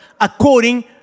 according